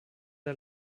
der